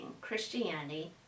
Christianity